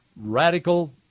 radical